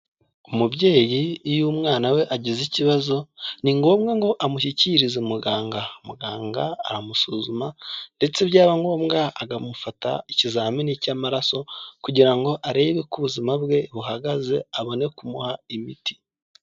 Umubyeyi iyo umwana we agize ikibazo, ni ngombwa ngo amushyikirize umuganga, muganga aramusuzuma ndetse byaba ngombwa akamufata ikizamini cy'amaraso kugira ngo arebe uko ubuzima bwe buhagaze, abone kumuha imiti.